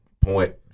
point